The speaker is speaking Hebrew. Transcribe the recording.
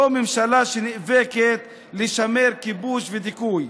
לא ממשלה שנאבקת לשמר כיבוש ודיכוי.